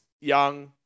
young